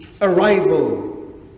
arrival